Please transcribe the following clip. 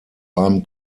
einem